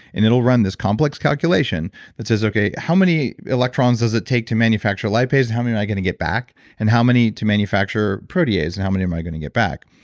and it'll run this complex calculation that says, okay, how many electrons does it take to manufacture lipase? and how many am i going to get back and how many to manufacturer protease and how many am i going to get back?